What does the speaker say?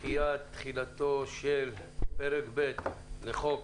(דחיית תחילתו של פרק ב' לחוק),